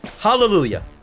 Hallelujah